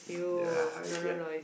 ya I see ah